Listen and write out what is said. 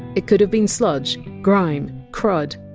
it could have been sludge, grime, crud,